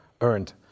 earned